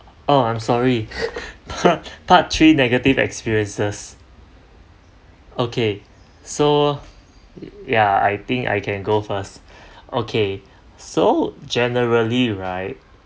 oh I'm sorry part three negative experiences okay so ya I think I can go first okay so generally right